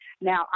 Now